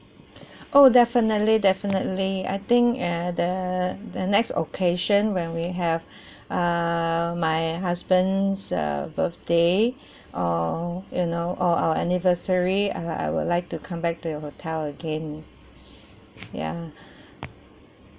oh definitely definitely I think err the the next occasion when we have err my husband's uh birthday or you know or our anniversary I I would like to come back to your hotel again ya